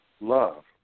love